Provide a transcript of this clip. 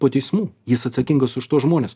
po teismu jis atsakingas už tuos žmones